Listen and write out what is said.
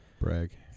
Brag